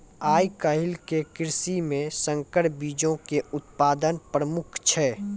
आइ काल्हि के कृषि मे संकर बीजो के उत्पादन प्रमुख छै